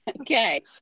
okay